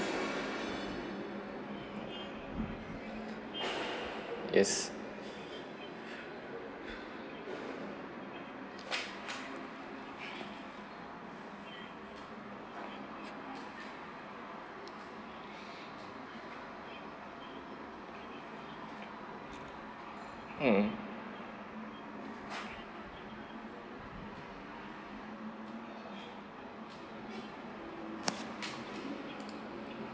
yes mm